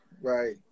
right